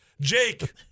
Jake